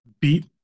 beat